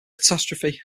catastrophe